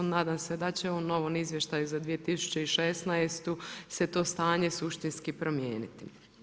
Nadam se da će u novom izvještaju za 2016. se to stanje suštinski promijeniti.